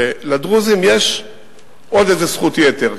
ולדרוזים יש עוד איזו זכות יתר,